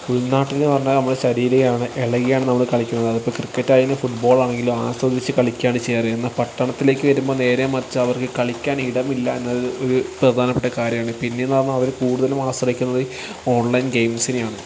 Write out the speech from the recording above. ഉൾനാട്ടിലെന്ന് പറഞ്ഞാൽ നമ്മുടെ ശരീരമാണ് ഇളകിയാണ് നമ്മൾ കളിക്കുന്നത് അതിപ്പോൾ ക്രിക്കറ്റായാലും ഫുട്ബോളാണെങ്കിലും ആസ്വദിച്ച് കളിക്കാണ് ചെയ്യാറ് എന്നാൽ പട്ടണത്തിലേക്ക് വരുമ്പോൾ നേരെ മറിച്ചവർക്ക് കളിക്കാൻ ഇടമില്ല എന്നത് ഒരു പ്രധാനപ്പെട്ട കാര്യമാണ് പിന്നേന്ന് പറഞ്ഞാൽ അവർ കൂടുതലും ആശ്രയിക്കുന്നത് ഓൺലൈൻ ഗെയിംസ്നെയാണ്